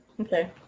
Okay